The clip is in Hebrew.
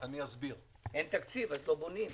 אין תקציב אז לא בונים.